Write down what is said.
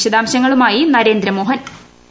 വിശദാംശങ്ങളുമായി നരേന്ദ്രമോഹ്ന്റു